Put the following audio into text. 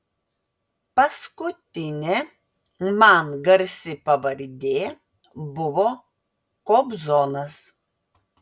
paskutinė man garsi pavardė buvo kobzonas